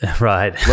right